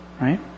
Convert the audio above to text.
Right